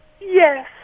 Yes